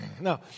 Now